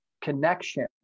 connection